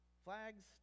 Flags